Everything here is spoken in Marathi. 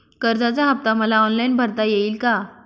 कर्जाचा हफ्ता मला ऑनलाईन भरता येईल का?